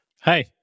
Hi